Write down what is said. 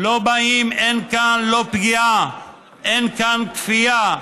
אין כאן פגיעה, אין כאן כפייה,